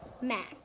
Mac